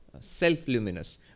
Self-Luminous